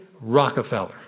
Rockefeller